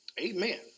Amen